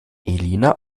elina